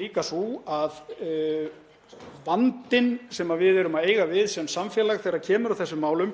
er sú að vandinn sem við erum að eiga við sem samfélag í þessum málum